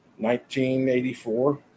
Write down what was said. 1984